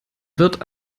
wirt